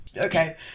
Okay